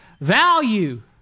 Value